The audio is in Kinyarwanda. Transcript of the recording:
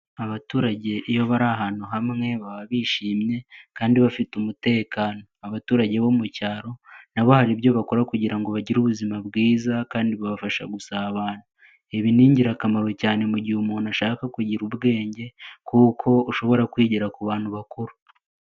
Abaturage iyo bari ahantu hamwe baba bishimye kandi bafite umutekano, abaturage bo mu cyaro nabo hari ibyo bakora kugira ngo bagire ubuzima bwiza kandi bibafasha gusabana, ibi ni ingirakamaro cyane mu gihe umuntu ashaka kugira ubwenge kuko ushobora kwigira ku bantu bakuru.